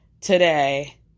today